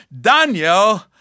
Daniel